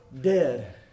dead